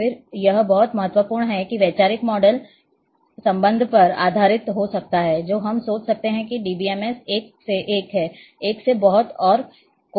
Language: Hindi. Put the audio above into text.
फिर यह बहुत महत्वपूर्ण है कि वैचारिक मॉडल संबंध पर आधारित हो सकता है जो हम सोच सकते हैं कि डीबीएमएस एक से एक है एक से बहुत और कई से कई हैं